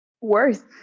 worse